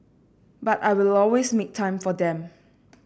but I will always make time for them